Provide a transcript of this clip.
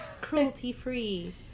Cruelty-free